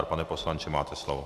Pane poslanče, máte slovo.